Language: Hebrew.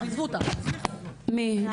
תקני המדינה.